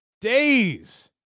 days